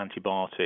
antibiotic